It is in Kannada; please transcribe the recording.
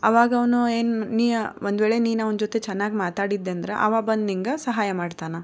ಆವಾಗ ಅವನು ಏನು ನೀಯ ಒಂದು ವೇಳೆ ನೀನು ಅವನ ಜೊತೆ ಚೆನ್ನಾಗಿ ಮಾತಾಡಿದ್ಯಾ ಅಂದ್ರೆ ಅವು ಬಂದು ನಿಂಗೆ ಸಹಾಯ ಮಾಡ್ತಾನೆ